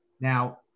Now